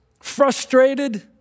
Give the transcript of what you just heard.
Frustrated